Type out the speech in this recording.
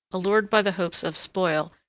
allured by the hopes of spoil,